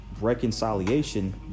reconciliation